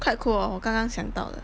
quite cool hor 我刚刚想到的